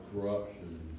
Corruption